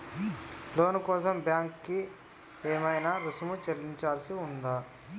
లోను కోసం బ్యాంక్ కి ఏమైనా రుసుము చెల్లించాల్సి ఉందా?